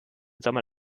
sommer